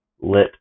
lit